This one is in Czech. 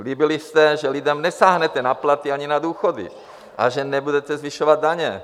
Slíbili jste, že lidem nesáhnete na platy ani na důchody a že nebudete zvyšovat daně.